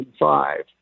2005